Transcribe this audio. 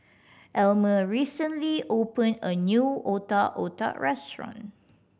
Almer recently opened a new Otak Otak restaurant